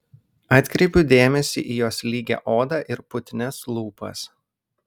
atkreipiu dėmesį į jos lygią odą ir putnias lūpas